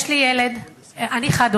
יש לי ילד, אני חד-הורית,